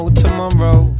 tomorrow